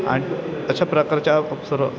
आणि अशा प्रकारच्या खुप सर्व